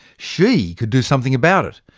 she could do something about it,